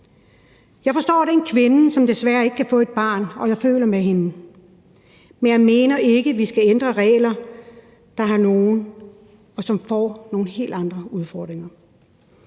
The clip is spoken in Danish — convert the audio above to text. Jeg forstår den kvinde, som desværre ikke kan få et barn, og jeg føler med hende. Men jeg mener ikke, at vi skal ændre reglerne, for det skaber nogle helt andre udfordringer.